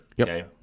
Okay